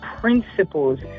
principles